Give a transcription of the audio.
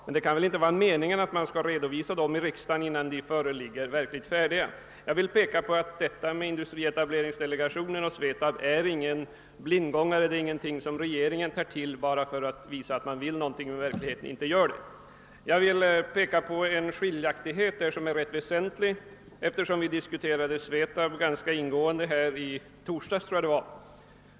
Men det kan väl inte vara meningen att dessa skall redovisas i riksdagen innan de föreligger fullt färdiga? Detta med industrietableringsdelegationen och SVETAB är inga blindgångare, ingenting som regeringen tar till för att visa att den vill någonting — men i verkligheten inte gör något. Jag vill peka på en skiljaktighet, som är rätt väsentlig, eftersom vi diskuterade SVETAB ganska ingående här i kammaren i torsdags i förra veckan.